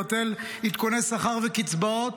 לבטל עדכוני שכר וקצבאות,